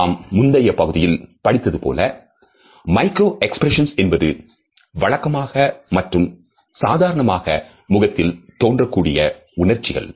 நாம் முந்தைய பகுதியில் படித்தது போல மைக்ரோ எக்ஸ்பிரஷன்ஸ் என்பது வழக்கமாக மற்றும் சாதாரணமாக முகத்தில் தோன்றக்கூடிய உணர்ச்சிகள்